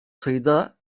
sayıda